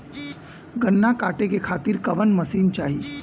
गन्ना कांटेके खातीर कवन मशीन चाही?